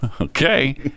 Okay